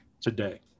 today